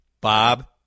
Bob